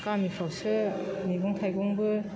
गामिफ्रावसो मैगं थाइगंबो